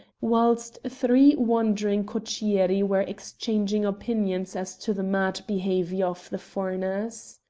whilst three wondering cocchieri were exchanging opinions as to the mad behaviour of the foreigners.